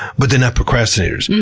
but they're not procrastinators.